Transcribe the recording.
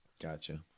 Gotcha